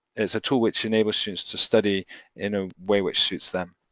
it's a tool which enables students to study in a way which suits them